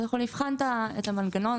אנחנו נבחן את המנגנון.